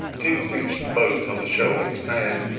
dick beached the boat on the shelving sand,